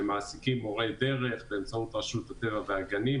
שמעסיקים מורי דרך באמצעות רשות הטבע והגנים.